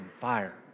fire